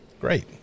great